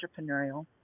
entrepreneurial